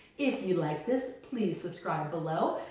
if you like this please subscribe below,